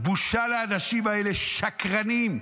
בושה לאנשים האלה, שקרנים.